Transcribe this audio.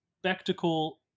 spectacle